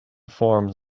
forms